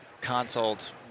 consult